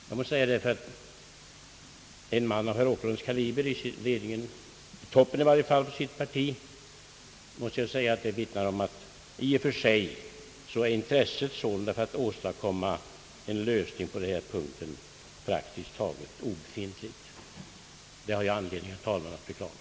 Ett sådant uttalande av en man av herr Åkerlunds kaliber som står i toppen av sitt parti vittnar om att intresset för att åstadkomma en lösning på denna punkt praktiskt taget är obefintligt, vilket jag, herr talman, har anledning att beklaga.